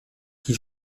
qui